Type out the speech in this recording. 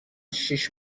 شیش